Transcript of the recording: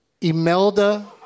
Imelda